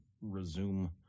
resume